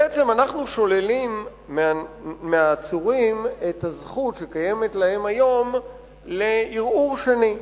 בעצם אנחנו שוללים מהעצורים את הזכות שקיימת להם היום לערעור שני,